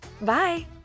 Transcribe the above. Bye